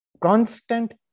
constant